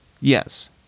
Yes